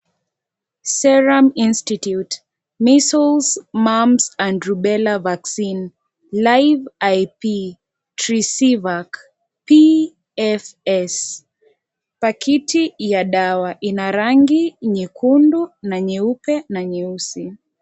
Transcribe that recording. Serums institute, measles mumbs and rubella vaccine, life ip trisevark psl . Pakiti ya dawa. Ina rangi nyekundu na nyeupe na nyeusi.